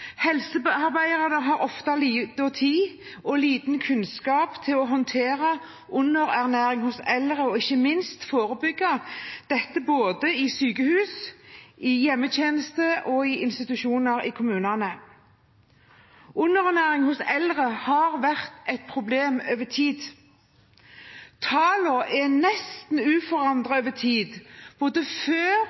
har ofte for liten tid og for liten kunnskap til å håndtere underernæring hos eldre og ikke minst til å forebygge dette både i sykehus, i hjemmetjeneste og i institusjoner i kommunene. Underernæring hos eldre har vært et problem over tid. Tallene er nesten uforandret over tid, både før